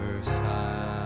side